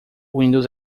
windows